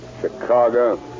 Chicago